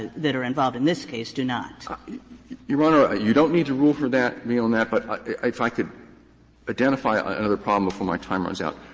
that are involved in this case do not. schnapper your honor, ah you don't need to rule for that me on that, but if i could identify another problem before my time runs out.